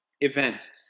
event